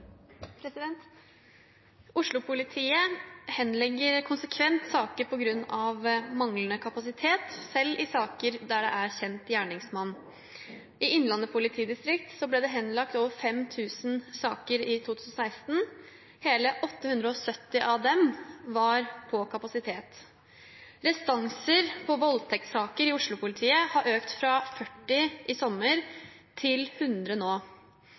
livet. «Oslo-politiet henlegger konsekvent saker på grunn av manglende kapasitet, selv i saker med kjent gjerningsmann. I Innlandet politidistrikt ble det henlagt over 5 000 saker i 2016, hele 870 på kapasitet. Restanser på voldtektssaker i Oslo-politiet har økt fra 40 i sommer til 100 nå.